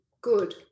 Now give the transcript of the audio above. good